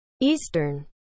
Eastern